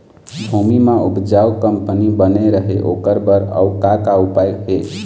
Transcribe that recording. भूमि म उपजाऊ कंपनी बने रहे ओकर बर अउ का का उपाय हे?